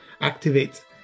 activate